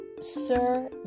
Sir